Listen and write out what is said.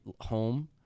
home